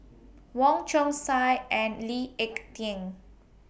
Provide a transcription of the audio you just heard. Wong Chong Sai and Lee Ek Tieng